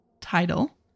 title